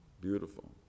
Beautiful